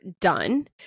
done